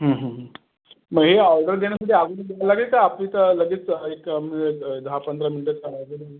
मग हे ऑर्डर देण्यासाठी अगोदार बोलायला लागेल का आपली तर लगेच एक मिळेल दहा पंधरा मिनटात